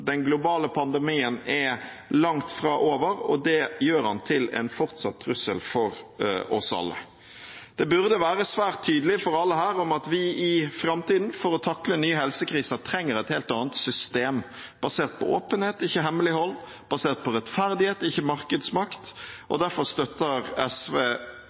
Den globale pandemien er langt fra over, og det gjør den til en fortsatt trussel for oss alle. Det burde være svært tydelig for alle her at vi for å takle nye helsekriser i framtiden trenger et helt annet system – basert på åpenhet, ikke hemmelighold, basert på rettferdighet, ikke markedsmakt. Derfor støtter SV